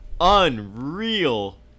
unreal